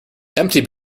empty